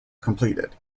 completed